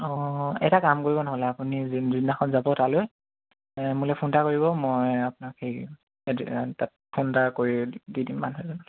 অঁ এটা কাম কৰিব নহ'লে আপুনি যোনদিনাখন যাব তালৈ মোলে ফোন এটা কৰিব মই আপোনাক সেই তাত ফোন এটা কৰি দি দিম মানুহজন